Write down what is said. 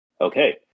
Okay